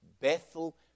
Bethel